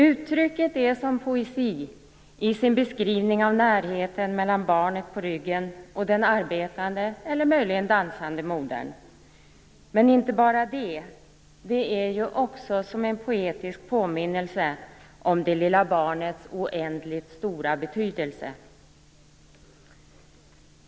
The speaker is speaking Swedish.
Uttrycket är som poesi i sin beskrivning av närheten mellan barnet på ryggen och den arbetande eller kanske dansande modern. Men inte bara det - det är ju också en poetisk påminnelse om det lilla barnets oändligt stora betydelse.